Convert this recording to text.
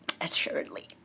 assuredly